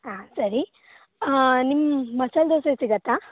ಹಾಂ ಸರಿ ನಿಮ್ಮ ಮಸಾಲೆ ದೋಸೆ ಸಿಗತ್ತಾ